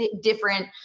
different